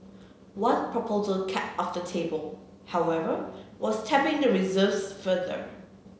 one proposal kept off the table however was tapping the reserves further